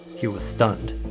he was stunned.